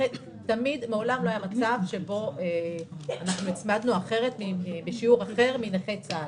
מעולם לא היה מצב שבו הוצמדנו בשיעור אחר מנכי צה"ל.